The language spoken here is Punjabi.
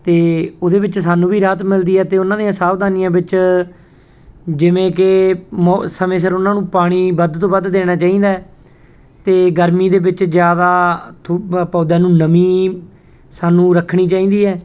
ਅਤੇ ਉਹਦੇ ਵਿੱਚ ਸਾਨੂੰ ਵੀ ਰਾਹਤ ਮਿਲਦੀ ਹੈ ਅਤੇ ਉਹਨਾਂ ਦੀਆਂ ਸਾਵਧਾਨੀਆਂ ਵਿੱਚ ਜਿਵੇਂ ਕਿ ਮੋ ਸਮੇਂ ਸਿਰ ਉਹਨਾਂ ਨੂੰ ਪਾਣੀ ਵੱਧ ਤੋਂ ਵੱਧ ਦੇਣਾ ਚਾਹੀਦਾ ਅਤੇ ਗਰਮੀ ਦੇ ਵਿੱਚ ਜ਼ਿਆਦਾ ਥੁ ਪੌਦਿਆਂ ਨੂੰ ਨਵੀਂ ਸਾਨੂੰ ਰੱਖਣੀ ਚਾਹੀਦੀ ਹੈ